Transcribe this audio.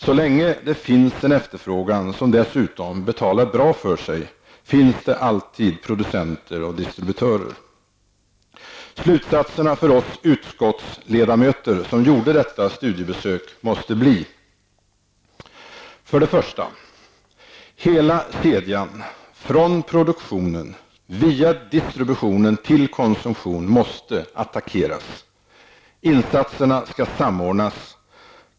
Så länge som det finns en efterfrågan, som dessutom betalar bra för sig, finns det alltid producenter och distributörer! Slutsatserna för oss utskottsledamöter som gjorde detta studiebesök måste bli: 1. Hela kedjan, från produktion via distribution till konsumtion måste attackeras. Insatserna skall samordnas.